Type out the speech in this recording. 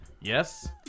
Yes